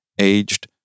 Aged